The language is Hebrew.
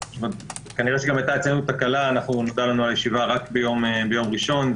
וכנראה הייתה אצלנו תקלה כי ידענו על הישיבה רק ביום ראשון,